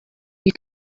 you